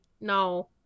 No